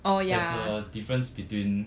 there's a difference between